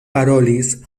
parolis